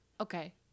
Okay